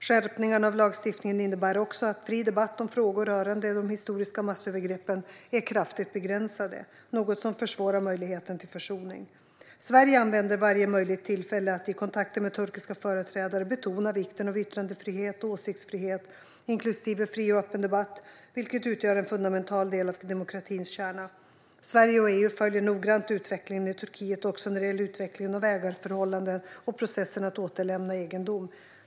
Skärpningarna av lagstiftningen innebär också att fri debatt om frågor rörande de historiska massövergreppen är kraftigt begränsade, vilket är något som försvårar möjligheten till försoning. Sverige använder varje möjligt tillfälle att i kontakter med turkiska företrädare betona vikten av yttrandefrihet och åsiktsfrihet, inklusive fri och öppen debatt, vilket utgör en fundamental del av demokratins kärna. Sverige och EU följer noggrant utvecklingen i Turkiet också när det gäller utvecklingen av ägandeförhållanden och processen att återlämna egendom.